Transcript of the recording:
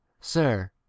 sir